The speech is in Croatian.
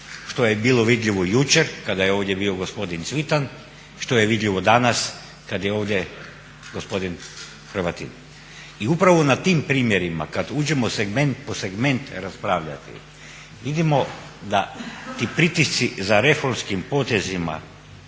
što je bilo vidljivo jučer kada je ovdje bio gospodin Cvitan što je vidljivo danas kad je ovdje gospodin Hrvatin. I upravo na tim primjerima kad uđemo segment po segment raspravljati vidimo da ti pritisci za reformskim potezima